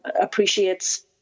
appreciates